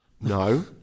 No